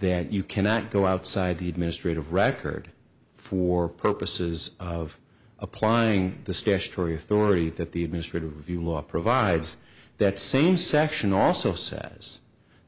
that you cannot go outside the administrative record for purposes of applying the statutory authority that the administrative review law provides that same section also says